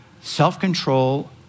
self-control